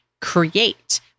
create